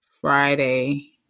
Friday